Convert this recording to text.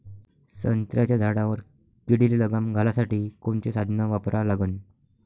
संत्र्याच्या झाडावर किडीले लगाम घालासाठी कोनचे साधनं वापरा लागन?